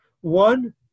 One